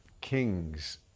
King's